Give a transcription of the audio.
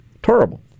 Terrible